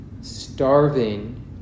starving